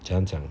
怎样讲